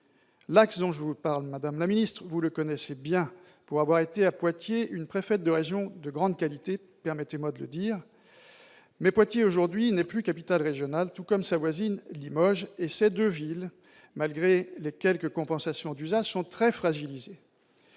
L'axe dont je vous parle, madame la ministre, vous le connaissez bien, pour avoir été, à Poitiers, une préfète de région de grande qualité, permettez-moi de le dire. Poitiers n'est plus aujourd'hui capitale régionale, pas plus que sa voisine Limoges, et ces deux villes, malgré les quelques compensations d'usage, sont très fragilisées.